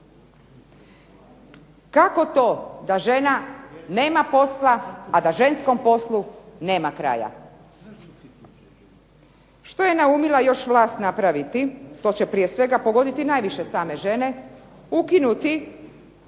Kako to da žena nema posla, a da ženskom poslu nema kraja. Što je naumila još vlast napraviti što će pogoditi najviše same žene, ukinuti